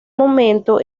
momento